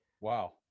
Wow